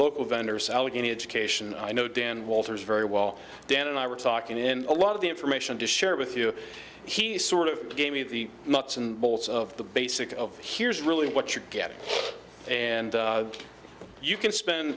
local vendors allegheny education i know dan walters very well dan and i were talking in a lot of the information to share with you he sort of gave me the nuts and bolts of the basics of here's really what you're getting and you can spend